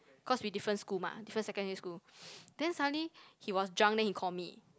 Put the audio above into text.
cause we different school mah different secondary school then suddenly he was drunk then he call me